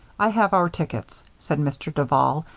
i have our tickets, said mr. duval,